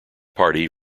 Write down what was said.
party